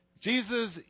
Jesus